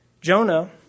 Jonah